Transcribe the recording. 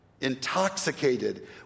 Intoxicated